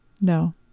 no